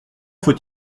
faut